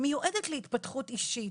מיועדת להתפתחות אישית.